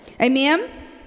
Amen